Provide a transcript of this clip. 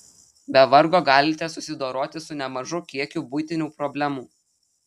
be vargo galite susidoroti su nemažu kiekiu buitinių problemų